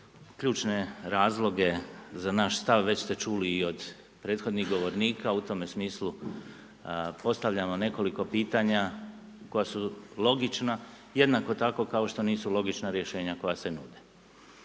Ključne razloge za naš stav već st čuli i od prethodnih govornika. U tome smislu postavljam vam nekoliko pitanja koja su logična jednako tako kao što nisu logična rješenja koja se nude.